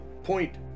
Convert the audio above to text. Point